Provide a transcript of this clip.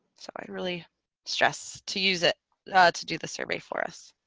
so i really stress to use it to do the survey for us